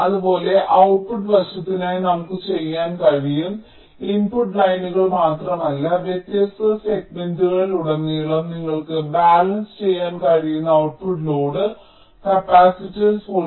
അതുപോലെ ഔട്ട്പുട്ട് വശത്തിനായി നമുക്ക് ചെയ്യാൻ കഴിയും ഇൻപുട്ട് ലൈനുകൾ മാത്രമല്ല വ്യത്യസ്ത സെഗ്മെന്റുകളിലുടനീളം നിങ്ങൾക്ക് ബാലൻസ് ചെയ്യാൻ കഴിയുന്ന ഔട്ട്പുട്ട് ലോഡ് കപ്പാസിറ്റൻസ് പോലെ